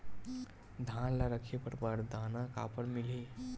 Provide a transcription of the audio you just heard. धान ल रखे बर बारदाना काबर मिलही?